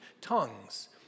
tongues